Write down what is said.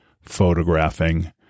photographing